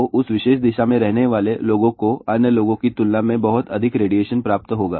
तो उस विशेष दिशा में रहने वाले लोगों को अन्य लोगों की तुलना में बहुत अधिक रेडिएशन प्राप्त होगा